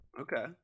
Okay